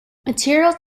materials